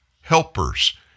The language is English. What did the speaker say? helpers